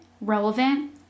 relevant